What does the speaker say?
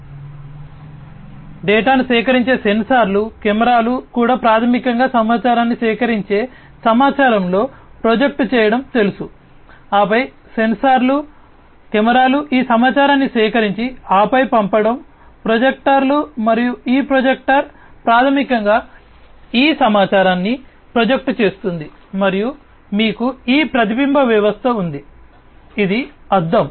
కాబట్టి డేటాను సేకరించే సెన్సార్లు కెమెరాలు కూడా ప్రాథమికంగా సమాచారాన్ని సేకరించే సమాచారంలో ప్రొజెక్ట్ చేయడం తెలుసు ఆపై సెన్సార్లు కెమెరాలు ఈ సమాచారాన్ని సేకరించి ఆపై పంపడం ప్రొజెక్టర్లు మరియు ఈ ప్రొజెక్టర్ ప్రాథమికంగా ఈ సమాచారాన్ని ప్రొజెక్ట్ చేస్తుంది మరియు మీకు ఈ ప్రతిబింబ వ్యవస్థ ఉంది ఇది అద్దం